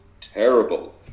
terrible